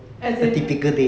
as in